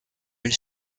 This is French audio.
elle